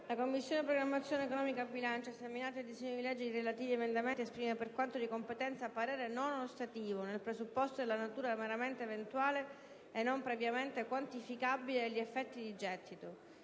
«La Commissione programmazione economica, bilancio, esaminato il disegno di legge in titolo, esprime, per quanto di competenza, parere non ostativo, nel presupposto della natura meramente eventuale e non previamente quantificabile degli effetti di gettito.